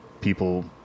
people